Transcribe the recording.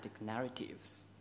narratives